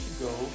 go